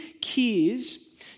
keys